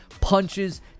punches